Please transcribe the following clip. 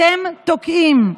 אתם תוקעים?